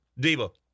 Debo